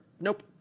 Nope